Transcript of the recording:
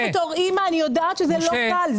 אני כאימא יודעת שזה לא קל.